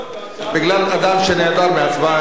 בגלל אדם שנעדר מההצבעה היום.